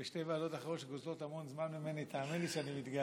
מצב שתחזיקו כבני ערובה אנשים שעושים תוכניות על